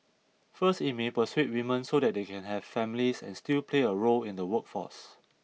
first it may persuade women so that they can have families and still play a role in the workforce